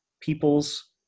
people's